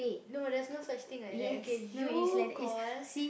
no there's no such thing like that okay you call